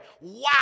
Wow